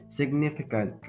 significant